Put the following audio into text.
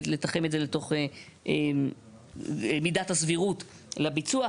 לתחם את זה לתוך מידת הסבירות לביצוע.